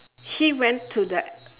he went to the